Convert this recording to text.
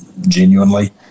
genuinely